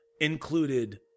included